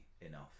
enough